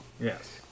Yes